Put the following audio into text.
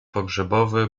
pogrzebowy